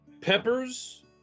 peppers